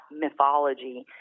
mythology